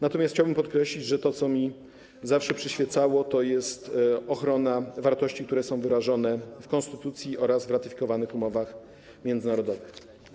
Natomiast chciałbym podkreślić, że tym, co mi zawsze przyświecało, jest ochrona wartości, które są wyrażone w konstytucji oraz w ratyfikowanych umowach międzynarodowych.